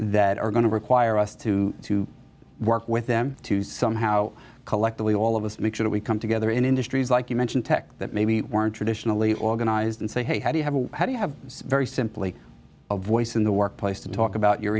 that are going to require us to work with them to somehow collectively all of us make sure we come together in industries like you mentioned tech that maybe weren't traditionally organized and say hey how do you have a how do you have very simply a voice in the workplace to talk about your